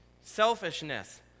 Selfishness